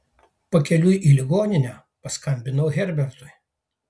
pakeliui į ligoninę paskambinu herbertui